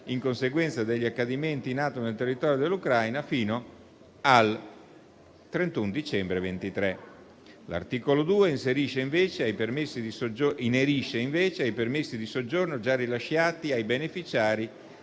in conseguenza degli accadimenti in atto nel territorio dell'Ucraina fino al 31 dicembre 2023. L'articolo 2 inerisce invece ai permessi di soggiorno già rilasciati ai beneficiari